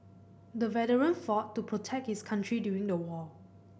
the veteran fought to protect his country during the war